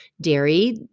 dairy